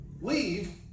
leave